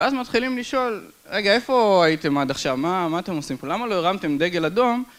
ואז מתחילים לשאול, רגע איפה הייתם עד עכשיו? מה אתם עושים פה? למה לא הרמתם דגל אדום -